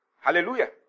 Hallelujah